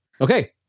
Okay